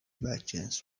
بدجنس